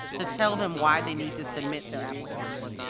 to tell them why they need to submit their application.